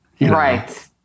Right